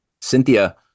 Cynthia